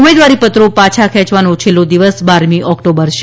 ઉમેદવારીપત્રો પાછા ખેંચવાનો છેલ્લો દિવસ બારમી ઓક્ટોબર છે